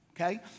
okay